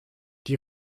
die